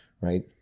right